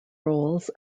rolls